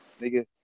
nigga